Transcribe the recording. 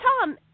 Tom